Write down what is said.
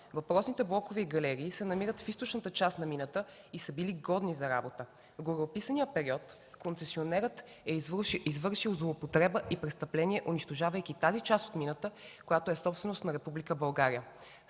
Въпросните блокове и галерии са намират в източната част на мината и са били годни за работа. В гореописания период концесионерът е извършил злоупотреба и престъпление, унищожавайки тази част от мината, която е собственост на